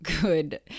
good